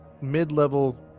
mid-level